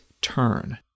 Turn